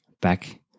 back